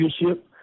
leadership